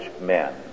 men